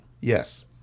Yes